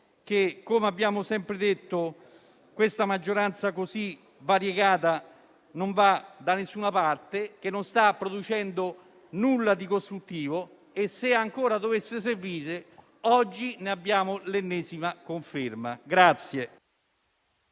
che, come abbiamo sempre detto, questa maggioranza così variegata non va da nessuna parte, non sta producendo nulla di costruttivo e, se ancora dovesse servire, oggi ne abbiamo l'ennesima conferma.